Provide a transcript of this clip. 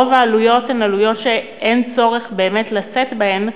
רוב העלויות הן עלויות שאין צורך באמת לשאת בהן,